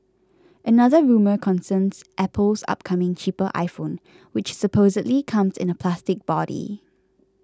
another rumour concerns Apple's upcoming cheaper iPhone which supposedly comes in a plastic body